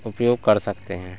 उपयोग कर सकते हैं